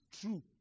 true